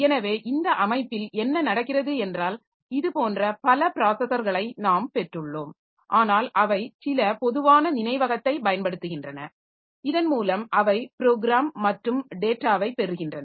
எனவே இந்த அமைப்பில் என்ன நடக்கிறது என்றால் இது போன்ற பல ப்ராஸஸர்களை நாம் பெற்றுள்ளோம் ஆனால் அவை சில பொதுவான நினைவகத்தைப் பயன்படுத்துகின்றன இதன் மூலம் அவை ப்ரோக்ராம் மற்றும் டேட்டாவைப் பெறுகின்றன